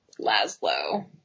Laszlo